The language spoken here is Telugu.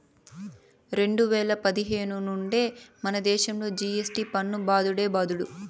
రెండు వేల పదిహేను నుండే మనదేశంలో జి.ఎస్.టి పన్ను బాదుడే బాదుడు